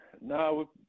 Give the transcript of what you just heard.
No